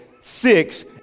Six